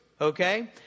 okay